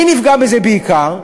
מי נפגע מזה בעיקר?